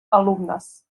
alumnes